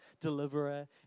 deliverer